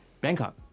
Bangkok